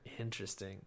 Interesting